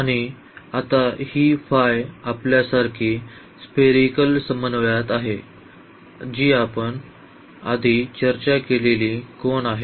आणि आता ही फाइ आपल्यासारखी स्पेरीकल समन्वयात आहे जी आपण आधी चर्चा केलेली कोन आहे